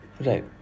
Right